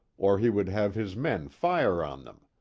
or he would have his men fire on them.